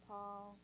Paul